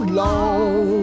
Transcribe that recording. long